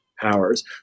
powers